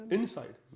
Inside